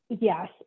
Yes